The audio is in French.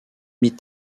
mid